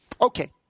Okay